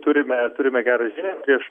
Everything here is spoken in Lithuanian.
turime turime gerą žinią prieš